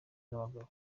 n’abagabo